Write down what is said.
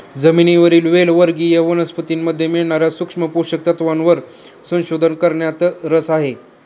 जमिनीवरील वेल वर्गीय वनस्पतीमध्ये मिळणार्या सूक्ष्म पोषक तत्वांवर संशोधन करण्यात रस आहे